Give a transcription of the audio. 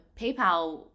paypal